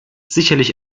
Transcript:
sicherlich